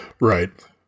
right